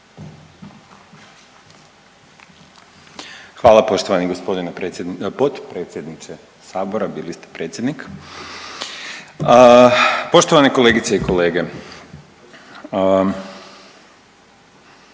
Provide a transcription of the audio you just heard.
Hvala poštovani gospodine potpredsjedniče Sabora, bili ste predsjednik. Poštovane kolegice i kolege,